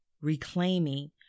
reclaiming